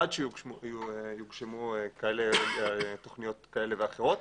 עד שיוגשמו תוכניות כאלה ואחרות.